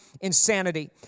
Insanity